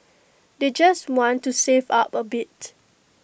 they just want to save up A bit